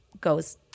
goes